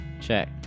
Check